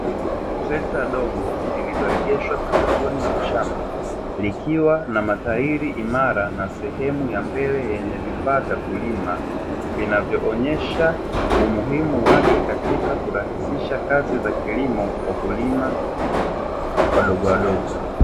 Trekta dogo lililoegeshwa pembezoni mwa shamba likiwa na matairi imara na sehemu ya mbele yenye vifaa vya kulima, vinavyoonyesha umuhimu wake katika kurahisisha kazi za kilimo kwa wakulima wadogowadogo.